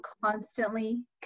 constantly